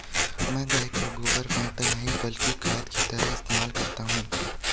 मैं गाय का गोबर फेकता नही बल्कि खाद की तरह इस्तेमाल करता हूं